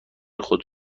خود